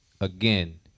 Again